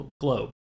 globe